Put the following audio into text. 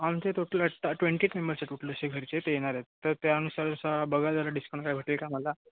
आमचे टोटल ट्वेंटीच मेंबर्स आहे फक्त टोटल असे घरचे ते येणार आहेत तर त्यानुसार असं बघा जरा डिस्काउंट काय भेटेल का मला